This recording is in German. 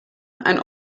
einen